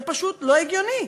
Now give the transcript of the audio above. זה פשוט לא הגיוני.